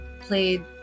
played